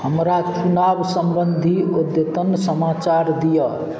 हमरा चुनाव सम्बन्धी अद्यतन समाचार दिअऽ